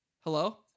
Hello